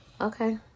okay